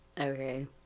Okay